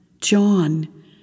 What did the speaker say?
John